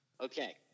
Okay